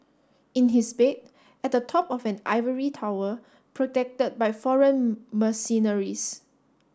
in his bed at the top of an ivory tower protected by foreign mercenaries